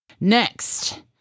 Next